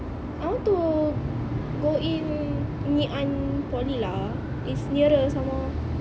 I want to go in ngee ann poly lah it's nearer some more